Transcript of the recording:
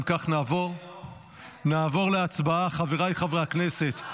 אם כך, נעבור להצבעה, חבריי חברי הכנסת.